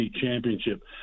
championship